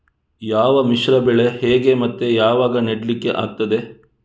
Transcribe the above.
ಯಾವ ಮಿಶ್ರ ಬೆಳೆ ಹೇಗೆ ಮತ್ತೆ ಯಾವಾಗ ನೆಡ್ಲಿಕ್ಕೆ ಆಗ್ತದೆ?